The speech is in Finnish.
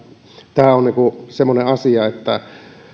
tämä on semmoinen asia että